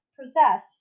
possess